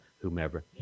whomever